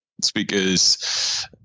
speakers